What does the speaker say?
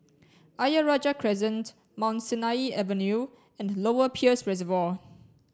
Ayer Rajah Crescent Mount Sinai Avenue and Lower Peirce Reservoir